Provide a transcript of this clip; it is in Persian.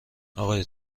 آقای